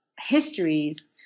histories